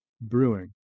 Brewing